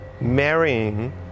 marrying